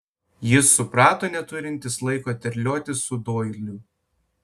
jis suprato neturintis laiko terliotis su doiliu